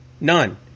None